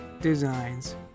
designs